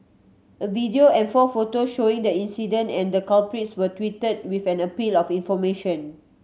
a video and four photos showing the incident and the culprits were tweeted with an appeal of information